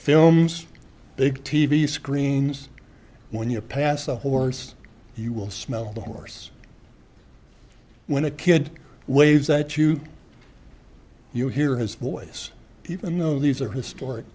films big t v screens when you pass a horse you will smell the horse when a kid waves at you you hear his voice even though these are historic